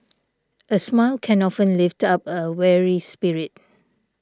a smile can often lift up a weary spirit